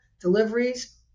deliveries